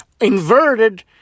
inverted